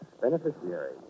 Beneficiary